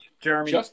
Jeremy